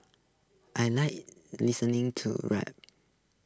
I Like listening to rap